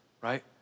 right